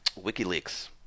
WikiLeaks